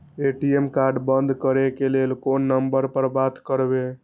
ATM card बंद करे के लेल कोन नंबर पर बात करबे?